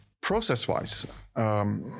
process-wise